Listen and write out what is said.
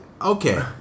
Okay